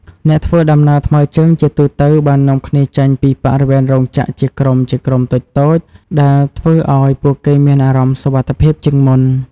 អ្នកធ្វើដំណើរថ្មើរជើងជាទូទៅបាននាំគ្នាចេញពីបរិវេណរោងចក្រជាក្រុមៗតូចៗដែលធ្វើឱ្យពួកគេមានអារម្មណ៍សុវត្ថិភាពជាងមុន។